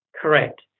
Correct